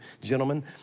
gentlemen